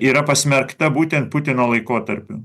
yra pasmerkta būtent putino laikotarpiu